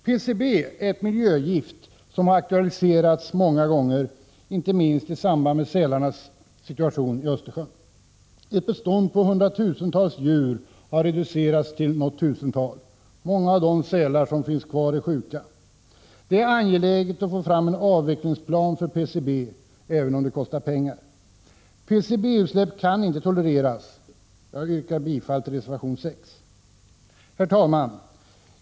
PCB är ett miljögift som har aktualiserats många gånger, inte minst i samband med sälarnas situation i Östersjön. Ett bestånd av hundratusentals djur har reducerats till något tusental. Många av de sälar som finns kvar är sjuka. Det är angeläget att få fram en avvecklingsplan för PCB även om det kostar pengar. PCB-utsläpp kan inte tolereras. Jag yrkar bifall till reservation 6. Herr talman!